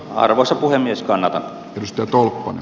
arvoisa puhemies kannata pystytolppaan